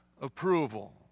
approval